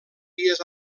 dies